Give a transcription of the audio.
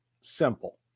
Simple